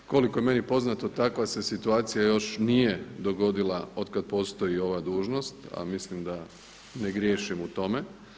Koliko je meni poznato takva se situacija još nije dogodila od kad postoji ova dužnost, a mislim da ne griješim u tome.